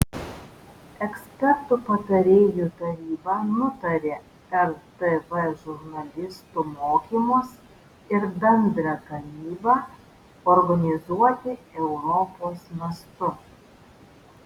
ekspertų patarėjų taryba nutarė rtv žurnalistų mokymus ir bendrą gamybą organizuoti europos mastu